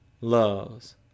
loves